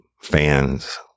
fans